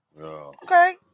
Okay